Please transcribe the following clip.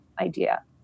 idea